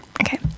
Okay